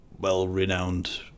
well-renowned